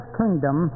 kingdom